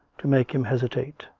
to make him hesitate.